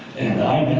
and i